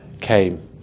came